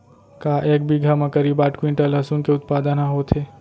का एक बीघा म करीब आठ क्विंटल लहसुन के उत्पादन ह होथे?